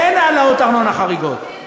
אין העלאות ארנונה חריגות.